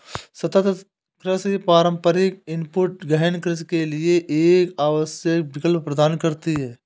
सतत कृषि पारंपरिक इनपुट गहन कृषि के लिए एक आवश्यक विकल्प प्रदान करती है